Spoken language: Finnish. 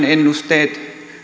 ennusteet